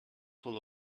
full